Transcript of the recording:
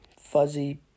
Fuzzy